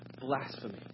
blasphemy